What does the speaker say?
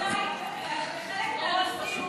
עמדותיי בחלק מהנושאים זהות,